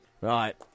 Right